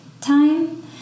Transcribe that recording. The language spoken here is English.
time